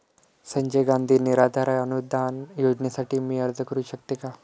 संजय गांधी निराधार अनुदान योजनेसाठी मी अर्ज करू शकते का?